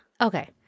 Okay